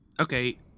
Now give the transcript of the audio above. okay